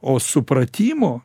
o supratimo